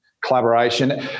Collaboration